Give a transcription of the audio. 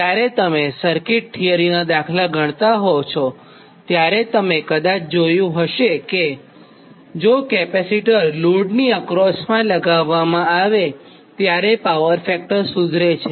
જ્યારે તમે સર્કિટ થીયરીનાં દાખલા ગણતાં હોવ છો ત્યારે તમે ક્દાચ જોયું હશે કે જો કેપેસિટર લોડની અક્રોસમાં લગાવવામાં આવેત્યારે પાવર ફેક્ટર સુધરે છે